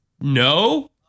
No